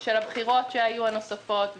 של הבחירות שהיו הנוספות,